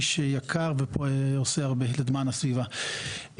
איש יקר ועושה הרבה למען הסביבה.